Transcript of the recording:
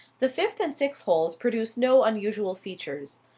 the fifth and sixth holes produced no unusual features.